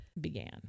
began